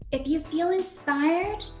if you feel inspired,